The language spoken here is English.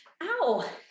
ow